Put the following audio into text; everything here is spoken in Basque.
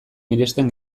miresten